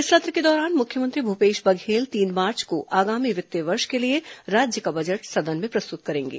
इस सत्र के दौरान मुख्यमंत्री भूपेष बधेल तीन मार्च को आगामी वित्तीय वर्ष के लिए राज्य का बजट सदन में प्रस्तुत करेंगे